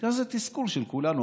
בגלל שזה תסכול של כולנו.